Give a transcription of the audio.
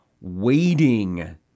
waiting